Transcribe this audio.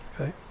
okay